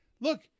look